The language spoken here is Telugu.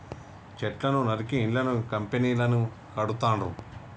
చెట్లను నరికి ఇళ్లను కంపెనీలను కడుతాండ్రు